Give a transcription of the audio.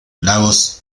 lagos